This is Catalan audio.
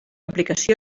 aplicació